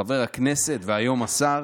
חבר הכנסת והיום השר